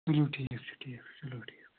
ٹھیٖک چھُ ٹھیٖک چھُ چَلو ٹھیٖک چھُ